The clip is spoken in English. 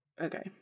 okay